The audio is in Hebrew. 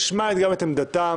נשמע גם את עמדתם,